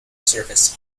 service